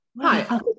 Hi